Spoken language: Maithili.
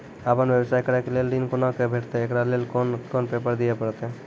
आपन व्यवसाय करै के लेल ऋण कुना के भेंटते एकरा लेल कौन कौन पेपर दिए परतै?